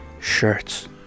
shirts